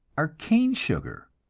are cane sugar,